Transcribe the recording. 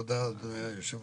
תודה אדוני יושב